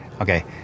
Okay